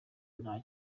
nta